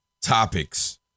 topics